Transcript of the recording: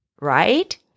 right